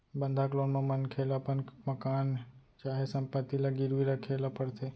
बंधक लोन म मनखे ल अपन मकान चाहे संपत्ति ल गिरवी राखे ल परथे